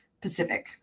Pacific